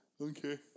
Okay